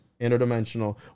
interdimensional